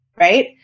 right